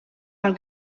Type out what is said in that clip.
pel